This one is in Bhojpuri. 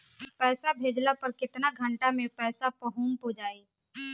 पैसा भेजला पर केतना घंटा मे पैसा चहुंप जाई?